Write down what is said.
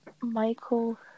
Michael